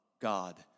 God